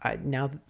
now